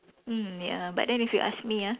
mm ya but then if you ask me ah